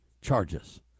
charges